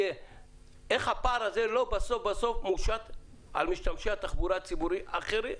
איך הפער הזה לא מושת בסוף על משתמשי התחבורה האחרים?